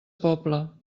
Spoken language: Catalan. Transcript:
pobla